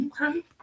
okay